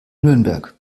nürnberg